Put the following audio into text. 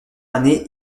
année